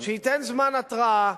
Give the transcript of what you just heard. שייתן זמן התראה,